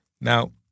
Now